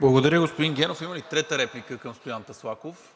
Благодаря, господин Генов. Има ли трета реплика към Стоян Таслаков?